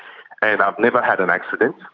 and i've never had an accident.